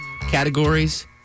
categories